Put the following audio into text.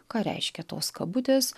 ką reiškia tos kabutės